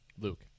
Luke